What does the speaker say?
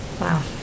Wow